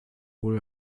wohl